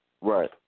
Right